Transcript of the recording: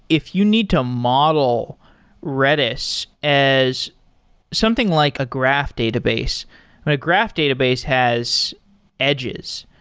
if you need to model redis as something like a graph database, a graph database has edges.